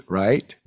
right